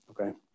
okay